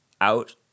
out